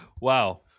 Wow